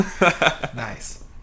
Nice